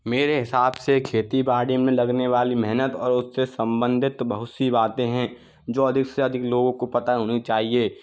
मेरे हिसाब से खेती बाड़ी में लगने वाली मेहनत और उससे संबंधित बहुत सी बातें हैं जो अधिक से अधिक लोगों को पता होनी चाहिए